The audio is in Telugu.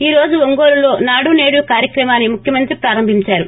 ఈ రోజు ఒంగోలులో నాడు సేడు కార్యక్రమాన్ని ముఖ్యమంత్రి ప్రారంభించారు